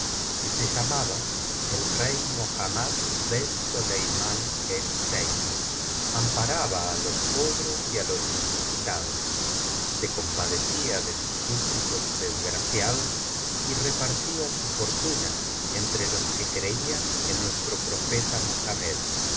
que se llamaba el rey mobammad bensoleimán el zeiní amparaba á los pobres y á los necesitados se compadecía de sus subditos desgraciados y repartía su fortuna entre los que creían en nuestro profeta mohamed con